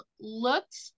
looked